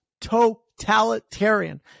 totalitarian